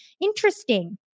Interesting